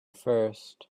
first